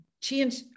change